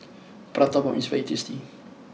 Prata Bomb is very tasty